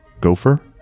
gopher